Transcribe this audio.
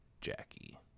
Jackie